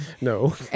No